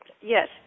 Yes